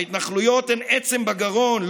ההתנחלויות הן עצם בגרון,